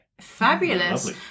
Fabulous